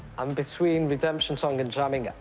i'm between redemption song and jamming.